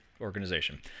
organization